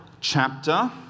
chapter